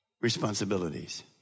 responsibilities